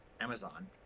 amazon